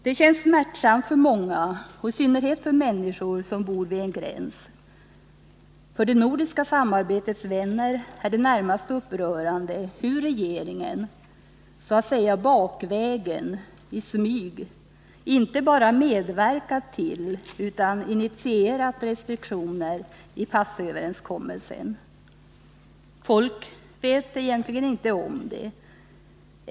Det känns smärtsamt för många, i synnerhet för människor som bor vid en gräns, och för det nordiska samarbetets vänner är det närmast upprörande hur regeringen så att säga bakvägen — i smyg — inte bara medverkat till utan också initierat restriktioner i passöverenskommelserna. Folk vet egentligen inte om det.